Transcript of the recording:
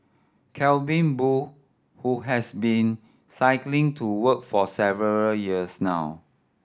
Calvin Boo who has been cycling to work for several years now